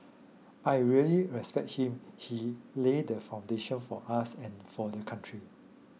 I really respect him he laid the foundation for us and for the country